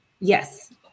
yes